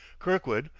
kirkwood,